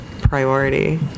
priority